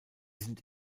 sind